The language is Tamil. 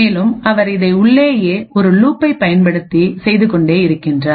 மேலும் அவர் இதைஉள்ளேயே ஒரு லுப் பயன்படுத்தி செய்து கொண்டே இருக்கிறார்